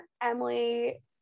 Emily